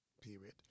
period